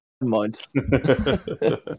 mind